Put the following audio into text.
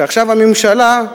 שעכשיו הממשלה,